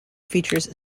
features